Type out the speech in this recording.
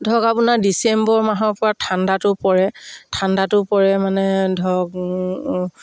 ধৰক আপোনাৰ ডিচেম্বৰ মাহৰ পৰা ঠাণ্ডাটো পৰে ঠাণ্ডাটো পৰে মানে ধৰক